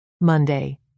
Monday